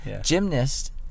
gymnast